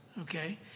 Okay